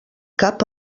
cap